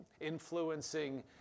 influencing